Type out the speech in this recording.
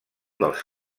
dels